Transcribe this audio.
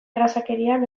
errazkerian